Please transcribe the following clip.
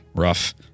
rough